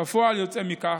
כפועל יוצא מכך,